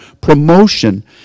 promotion